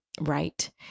right